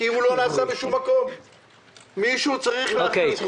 כי אם הוא לא נעשה בשום מקום מישהו צריך להחליט: